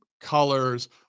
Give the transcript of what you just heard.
Colors